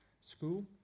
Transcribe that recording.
school